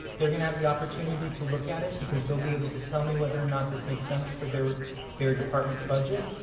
they're going to have the opportunity to look at it because they'll be able to tell me whether or not this makes sense for their departments' budget.